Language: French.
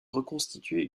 reconstituer